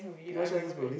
you watch Chinese movies